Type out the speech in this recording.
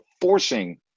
forcing